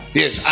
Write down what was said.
yes